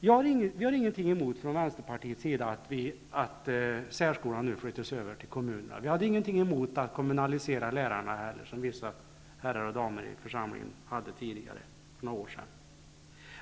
Vi i vänsterpartiet har ingenting emot att särskolan nu flyttas över till kommunerna, och vi hade heller ingenting emot att lärarna kommunaliserades, vilket vissa herrar och damer i församlingen tidigare hade för några år sedan.